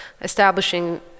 establishing